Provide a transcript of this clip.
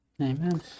Amen